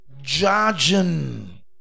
judging